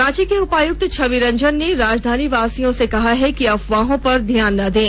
रांची के उपायुक्त छविरंजन ने राजधानी वासियों से कहा है कि अफवाहों पर ध्यान न दें